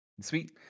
sweet